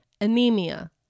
anemia